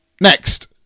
Next